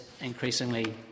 increasingly